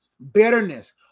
bitterness